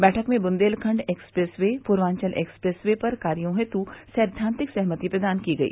बैठक में Bundelkhand expressway Purvanchal expressway पर कार्यो हेतु सैद्वान्तिक सहमति प्रदान की गई